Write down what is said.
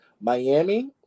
Miami